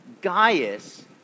Gaius